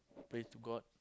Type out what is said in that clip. pray to god